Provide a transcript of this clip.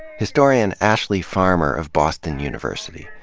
historian ashley farmer of boston university.